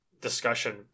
discussion